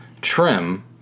Trim